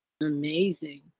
Amazing